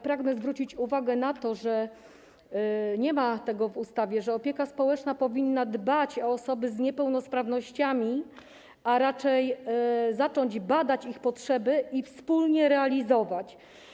Pragnę zwrócić uwagę na to - nie ma tego w ustawie - że opieka społeczna powinna dbać o osoby z niepełnosprawnościami, a raczej zacząć badać ich potrzeby i wspólnie je realizować.